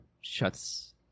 shuts